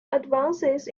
advances